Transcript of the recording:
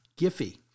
Giphy